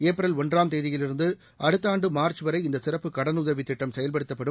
April ஒன்றாம் தேதியிலிருந்துஅடுத்தஆண்டுமார்சுவரை இந்தசிறப்புக் கடனுதவித்திட்டம் செயல்படுத்தப்படும்